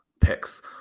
picks